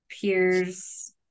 Peers